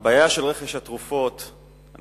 הבעיה של רכש התרופות על-ידי